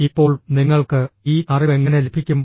ഇപ്പോൾ നിങ്ങൾക്ക് ഈ അറിവ് എങ്ങനെ ലഭിക്കും